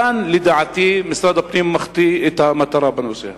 כאן, לדעתי, משרד הפנים מחטיא את המטרה בנושא הזה.